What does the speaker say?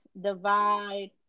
divide